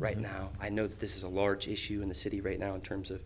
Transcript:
right now i know this is a large issue in the city right now in terms of